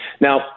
Now